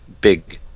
big